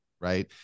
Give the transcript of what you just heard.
Right